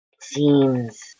seems